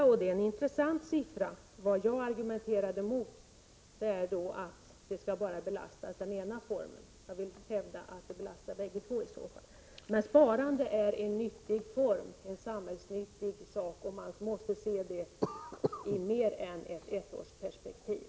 Så det är alltså en intressant siffra. Vad jag argumenterade mot är att kostnaderna bara skall belasta den ena formen. Jag hävdar att de i så fall skall belasta bägge två. Men sparande är någonting samhällsnyttigt. Man måste se det i ett längre än ettårigt perspektiv.